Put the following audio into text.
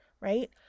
right